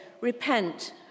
Repent